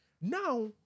Now